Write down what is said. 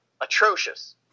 atrocious